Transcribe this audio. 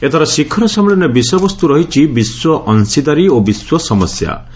ଏଥର ଶିଖର ସମ୍ମିଳନୀରେ ବିଷୟବସ୍ତୁ ରହିଛି 'ବିଶ୍ୱ ଅଶୀଦାରୀ ଓ ବିଶ୍ୱ ସମସ୍ୟା'